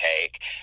take